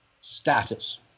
status